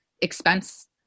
expense